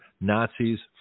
Nazis